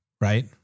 right